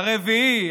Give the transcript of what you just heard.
הרביעי,